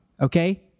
okay